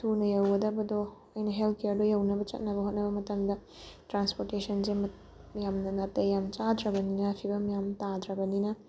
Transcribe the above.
ꯊꯨꯅ ꯌꯧꯒꯗꯕꯗꯣ ꯑꯩꯅ ꯍꯦꯜꯊ ꯀꯦꯌꯥꯔꯗꯣ ꯌꯧꯅꯕ ꯆꯠꯅꯕ ꯍꯣꯠꯅꯕ ꯃꯇꯝꯗ ꯇ꯭ꯔꯥꯟꯁꯄꯣꯔꯠꯇꯦꯁꯟꯁꯦ ꯌꯥꯝꯅ ꯅꯥꯇꯩ ꯌꯥꯝ ꯆꯥꯗ꯭ꯔꯕꯅꯤꯅ ꯐꯤꯕꯝ ꯌꯥꯝ ꯇꯥꯗ꯭ꯔꯕꯅꯤꯅ